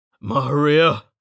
Maria